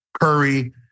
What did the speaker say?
Curry